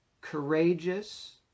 courageous